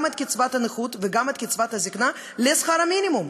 את קצבת הנכות וגם את קצבת הזיקנה לשכר המינימום.